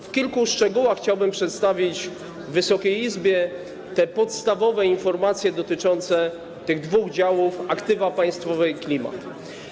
W kilku szczegółach chciałbym przedstawić Wysokiej Izbie podstawowe informacje dotyczące tych dwóch działów: aktywa państwowe i klimat.